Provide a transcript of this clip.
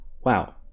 wow